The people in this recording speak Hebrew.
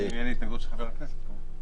אתה יכול להצביע אם אין התנגדות של חבר הכנסת פה.